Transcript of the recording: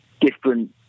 different